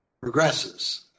progresses